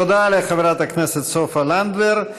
תודה לחברת הכנסת סופה לנדבר.